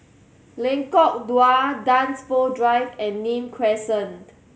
Lengkok Dua Dunsfold Drive and Nim Crescent